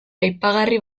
aipagarri